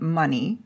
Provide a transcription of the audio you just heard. money